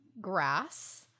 grass